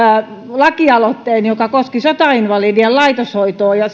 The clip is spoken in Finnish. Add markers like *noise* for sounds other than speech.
lakialoitteen joka koski sotainvalidien laitoshoitoa ja *unintelligible*